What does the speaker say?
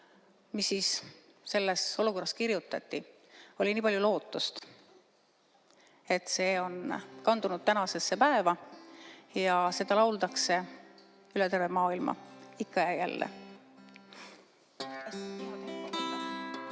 mis selles olukorras kirjutati, oli nii palju lootust, et see on kandunud tänasesse päeva ja seda lauldakse üle terve maailma ikka ja